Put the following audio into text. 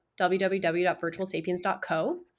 www.virtualsapiens.co